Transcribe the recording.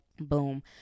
Boom